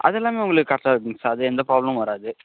அதெல்லாமே உங்களுக்கு கரெக்டாக இருக்குங்க சார் அது எந்த ப்ராப்ளமும் வராது